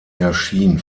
erschien